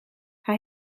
hij